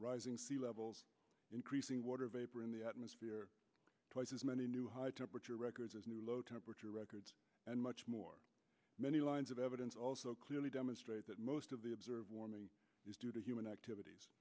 rising sea levels increasing water vapor in the atmosphere twice as many new high temperature records as new low temperature records and much more many lines of evidence also clearly demonstrate that most of the observe warming is due to human activities